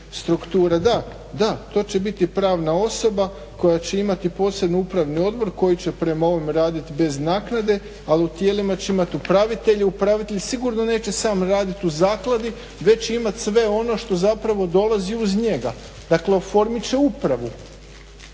struktura. Da. To će biti pravna osoba koja će imati posebni upravni odbor koji će prema ovome raditi bez naknade, a u tijelima će imati upravitelja, upravitelj sigurno neće sam raditi u zakladi već imati sve ono što dolazi uz njega, dakle oformit će upravu.